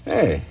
Hey